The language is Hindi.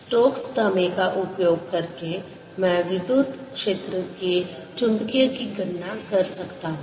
स्टोक्स प्रमेय का उपयोग करके मैं विद्युत क्षेत्र के चुंबकीय की गणना कर सकता हूं